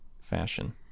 fashion